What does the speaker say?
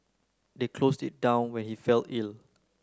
they closed it down when he fell ill